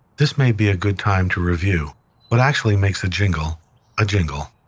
this may be a good time to review what actually makes a jingle a jingle.